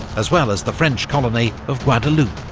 as well as the french colony of guadeloupe.